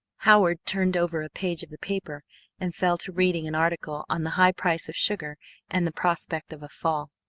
howard turned over a page of the paper and fell to reading an article on the high price of sugar and the prospect of a fall.